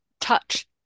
touch